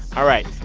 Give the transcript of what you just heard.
all right.